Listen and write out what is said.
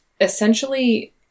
essentially